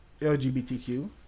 lgbtq